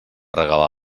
regalar